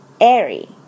airy